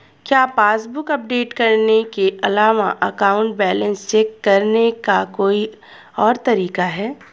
क्या passbook update करने के अलावा अकाउंट बैलेंस चेक करने का कोई और तरीका है?